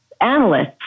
analysts